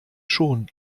schon